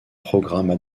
programmes